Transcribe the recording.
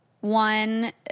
One